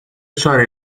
چاره